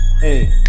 hey